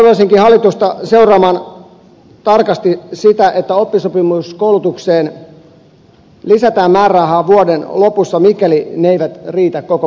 toivoisinkin hallitusta seuraamaan tarkasti sitä että oppisopimuskoulutukseen lisätään määrärahaa vuoden lopussa mikäli raha ei riitä koko vuoden ajaksi